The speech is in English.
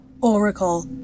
Oracle